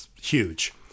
huge